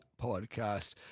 podcast